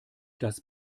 das